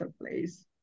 place